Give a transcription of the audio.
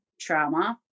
trauma